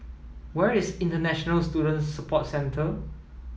where is International Student Support Centre